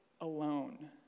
alone